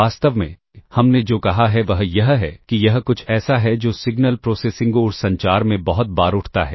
वास्तव में हमने जो कहा है वह यह है कि यह कुछ ऐसा है जो सिग्नल प्रोसेसिंग और संचार में बहुत बार उठता है